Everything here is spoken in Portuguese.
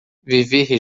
viver